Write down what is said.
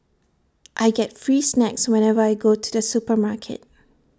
I get free snacks whenever I go to the supermarket